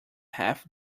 half